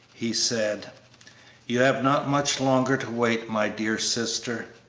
he said you have not much longer to wait, my dear sister.